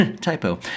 Typo